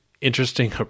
interesting